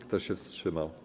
Kto się wstrzymał?